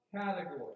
category